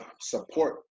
support